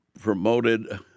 promoted